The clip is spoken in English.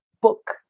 book